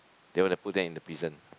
they want to put them in the prison